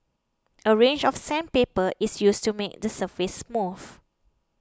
a range of sandpaper is used to make the surface smooth